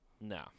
No